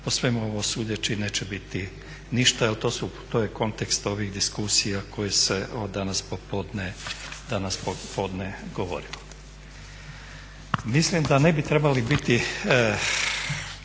po svemu ovom sudeći neće biti ništa jer to je kontekst ovih diskusija koje se danas popodne govorilo. Mislim da ne bi trebali biti,